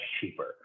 cheaper